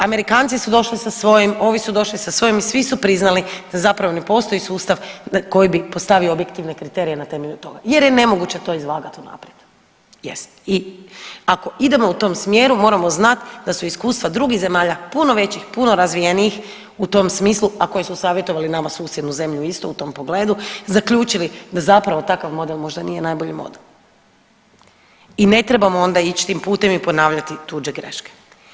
Amerikanci su došli sa svojim, ovi su došli sa svojim i svi su priznali da zapravo ne postoji sustav koji bi postavio objektivne kriterije na temelju toga jer je nemoguće to izvagat unaprijed, jest i ako idemo u tom smjeru moramo znat da su iskustva drugih zemalja puno većih, puno razvijenijih u tom smislu, a koje su savjetovali nama susjednu zemlju isto u tom pogledu zaključili da zapravo takav model možda nije najbolji model i ne trebamo onda ić tim putem i ponavljati tuđe greške.